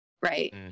Right